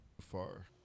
Far